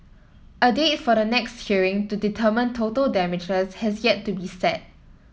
a date for the next hearing to determine total damages has yet to be set